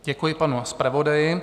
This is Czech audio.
Děkuji panu zpravodaji.